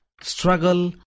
struggle